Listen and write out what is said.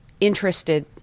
interested